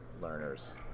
learners